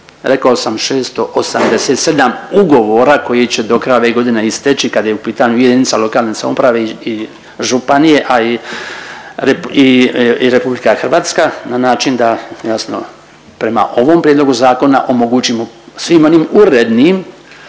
rekao sam 687 ugovora koji će do kraja ove godine isteći kad je u pitanju JLS i županije, a i RH na način da jasno prema ovom prijedlogu zakona omogućimo svim onim urednim